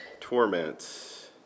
torments